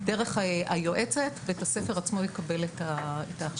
דרך היועצת בית הספר עצמו יקבל את ההכשרה.